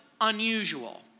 unusual